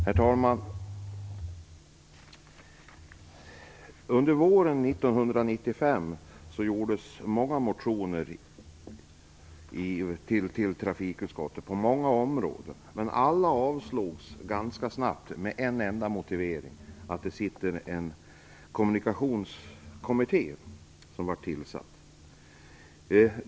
Herr talman! Under våren 1995 väcktes många motioner i trafikutskottet på många områden, men alla avslogs av riksdagen ganska snabbt med en enda motivering: Det sitter en kommunikationskommitté.